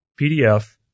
PDF